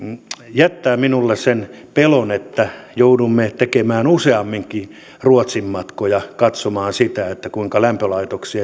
jättää minulle sen pelon että joudumme tekemään useamminkin ruotsin matkoja katsomaan sitä kuinka lämpölaitoksiin